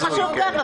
זה חשוב גם.